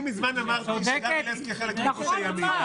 אני מזמן אמרתי שגבי לסקי חלק מגוש הימין...